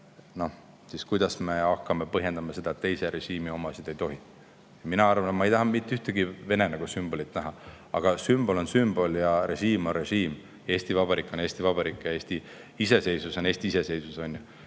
siis kuidas me hakkame põhjendama seda, et teise režiimi omasid [kasutada] ei tohi. Mina ei taha mitte ühtegi Vene sümbolit näha. Aga sümbol on sümbol ja režiim on režiim, Eesti Vabariik on Eesti Vabariik ja Eesti iseseisvus on Eesti iseseisvus, on ju.